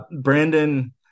Brandon